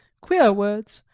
queer words,